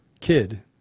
kid